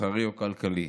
מסחרי או כלכלי,